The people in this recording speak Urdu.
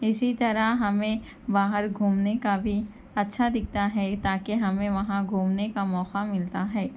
اِسی طرح ہمیں باہر گھومنے کا بھی اچھا دکھتا ہے تا کہ ہمیں وہاں گھومنے کا موقع ملتا ہے